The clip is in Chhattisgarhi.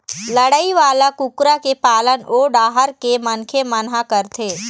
लड़ई वाला कुकरा के पालन ओ डाहर के मनखे मन ह करथे